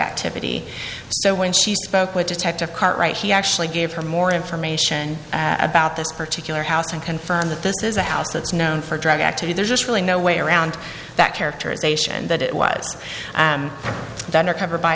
activity so when she spoke with detective cartwright he actually gave her more information about this particular house and confirm that this is a house that's known for drug activity just really no way around that characterization that it was done or covered by